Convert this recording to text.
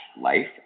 Life